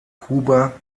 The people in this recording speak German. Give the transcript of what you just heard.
kuba